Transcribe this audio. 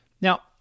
Now